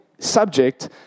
Subject